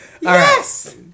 Yes